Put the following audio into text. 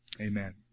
Amen